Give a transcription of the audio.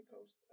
Coast